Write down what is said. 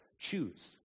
choose